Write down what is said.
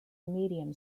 medium